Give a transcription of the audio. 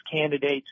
candidates